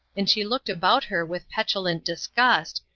and she looked about her with petulant disgust,